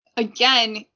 Again